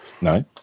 No